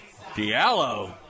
Diallo